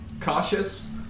cautious